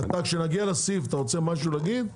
אתה כשנגיע לסעיף אתה רוצה משהו להגיד,